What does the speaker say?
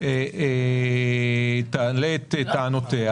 היא תעלה את טענותיה,